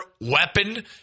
weapon